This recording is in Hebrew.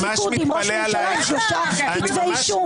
ליכוד עם ראש ממשלה עם שלושה כתבי אישום,